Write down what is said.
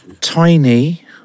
tiny